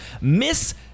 Miss